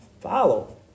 follow